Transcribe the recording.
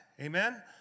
Amen